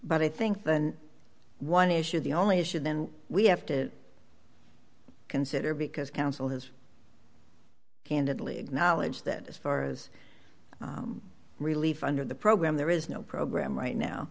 but i think than one issue the only issue then we have to consider because council has candidly acknowledged that as far as relief under the program there is no program right now